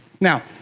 Now